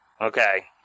Okay